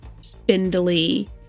spindly